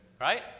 Right